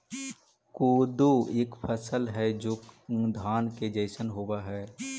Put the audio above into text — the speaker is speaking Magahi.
कोदो एक फसल हई जो धान के जैसन होव हई